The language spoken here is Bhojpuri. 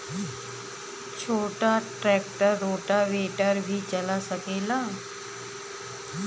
छोटा ट्रेक्टर रोटावेटर भी चला सकेला?